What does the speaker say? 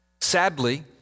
Sadly